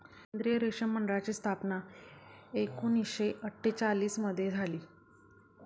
केंद्रीय रेशीम मंडळाची स्थापना एकूणशे अट्ठेचालिश मध्ये झाली